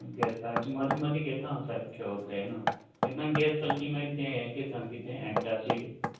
गॅसाची मदीं मदीं घेता सारकी गेवप जायना केन्ना गॅस जाली कांय तेन्ना ये गेता कितें एंटासीट